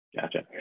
Gotcha